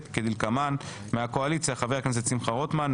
כדלקמן: מהקואליציה חבר הכנסת שמחה רוטמן.